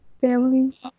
Family